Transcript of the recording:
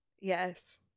Yes